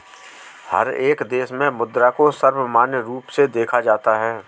हर एक देश में मुद्रा को सर्वमान्य रूप से देखा जाता है